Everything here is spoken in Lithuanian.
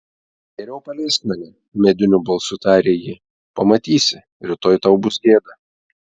geriau paleisk mane mediniu balsu tarė ji pamatysi rytoj tau bus gėda